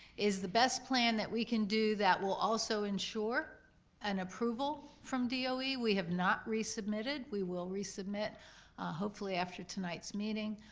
is the best plan that we can do that will also ensure an approval from doe. we we have not resubmitted, we will resubmit hopefully after tonight's meeting,